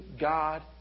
God